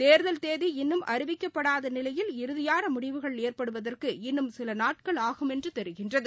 தேர்தல் தேதி இன்னும் அறிவிக்கப்படாத நிலையில் இறுதியான முடிவுகள் ஏற்படுவதற்கு இன்னும் சில நாட்கள் ஆகுமென்று தெரிகிறது